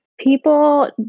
People